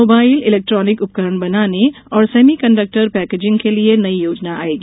mobile electronic उपकरण बनाने और सेमिकंडक्टर पैकेजिंग के लिये नई योजना आएगी